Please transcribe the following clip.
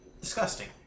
Disgusting